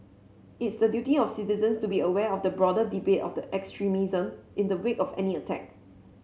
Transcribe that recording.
it's the duty of citizens to be aware of the broader debate of the extremism in the wake of any attack